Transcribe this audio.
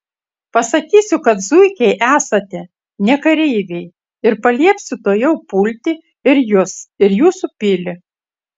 pasakysiu kad zuikiai esate ne kareiviai ir paliepsiu tuojau pulti ir jus ir jūsų pilį